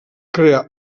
crear